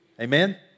Amen